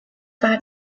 发展